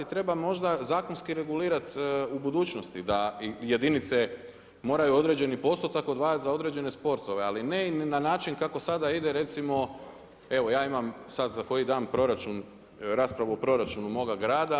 Treba možda zakonski regulirati u budućnosti da jedinice moraju određeni postotak odvajati za određene sportove, ali ne na način kako sada ide recimo evo ja imam sad za koji dan proračun, raspravu o proračunu moga grada.